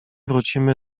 wrócimy